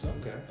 okay